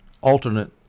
alternate